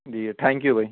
G thank you بھائی